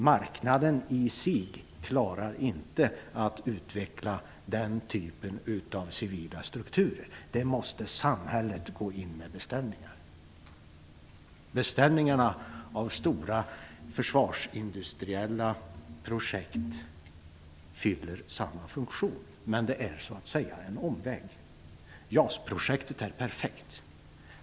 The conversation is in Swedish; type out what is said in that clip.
Marknaden i sig klarar inte att utveckla den typen av civil struktur. Där måste samhället gå in med beställningar. Beställningar av stora försvarsindustriella projekt fyller samma funktion, men det är så att säga en omväg. JAS-projektet är perfekt.